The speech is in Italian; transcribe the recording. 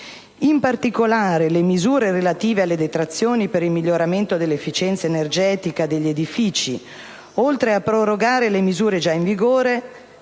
In particolare, le misure relative alle detrazioni per il miglioramento dell'efficienza energetica degli edifici, oltre che prorogare le disposizioni già in vigore,